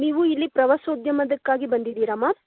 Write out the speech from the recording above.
ನೀವು ಇಲ್ಲಿ ಪ್ರವಾಸೋದ್ಯಮಕ್ಕಾಗಿ ಬಂದಿದ್ದೀರಾ ಅಮ್ಮ